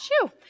shoo